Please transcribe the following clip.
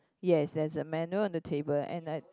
yes there's a menu on the table and I